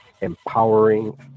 empowering